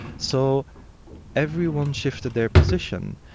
so everyone shifted their position,